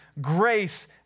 grace